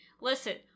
Listen